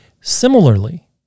Similarly